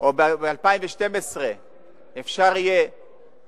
ב-2012 אפשר יהיה